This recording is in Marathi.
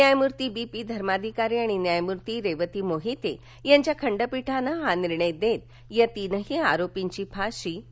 न्यायमूर्ती बी पी धर्माधिकारी आणि न्यायमूर्ती रेवती मोहिते यांच्या खंडपीठानं हा निर्णय देत या तीनही आरोपींची फाशी कायम ठेवली